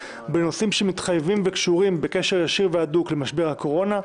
בנושאים שמתחייבים וקשורים בקשר ישיר והדוק למשבר הקורונה,